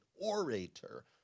orator